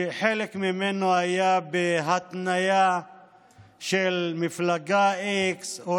שחלק ממנו היה בהתניה של מפלגה x או